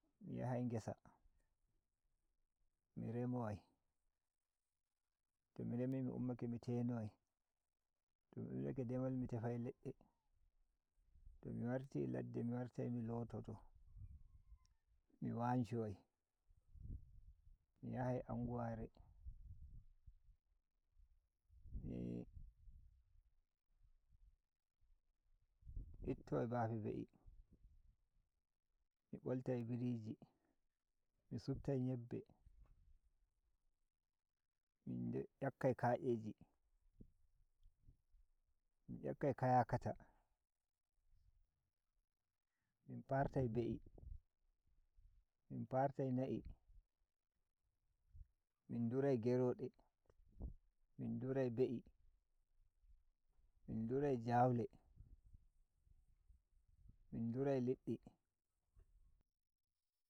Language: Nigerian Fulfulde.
Mi yahai ngesa I remowai toi remi mi ummake mi terowai to mi ummitake demal mi tefai ledde to mi warti ladde mi wartia mi lototo mi wanshowai mi yahai anguware mi ittowai bafe be’i mi boltai biriji mi suftai ‘yebbe min yakkai ka’eji min ‘yaklai kayakata min partai be’i min partai na’i min ndurai gerode min ndurai be’i min ndurai jaule min ndurai liddi.